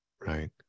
right